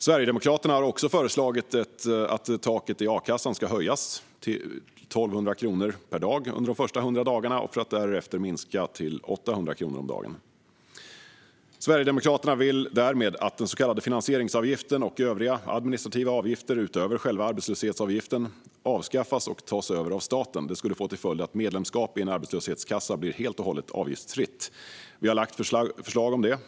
Sverigedemokraterna har också föreslagit att taket i a-kassan ska höjas till 1 200 kronor per dag under de första 100 dagarna, för att därefter minska till 800 kronor om dagen. Sverigedemokraterna vill därmed att den så kallade finansieringsavgiften och övriga administrativa avgifter utöver själva arbetslöshetsavgiften avskaffas och tas över av staten. Detta skulle få till följd att medlemskap i en arbetslöshetskassa blir helt och hållet avgiftsfritt. Vi har lagt fram förslag om detta.